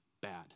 bad